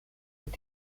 wird